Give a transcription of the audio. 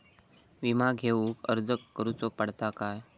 विमा घेउक अर्ज करुचो पडता काय?